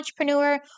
entrepreneur